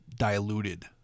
diluted